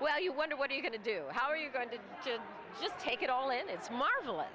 well you wonder what are you going to do how are you going to just take it all in it's marvelous